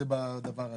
זה בדבר הזה.